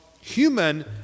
human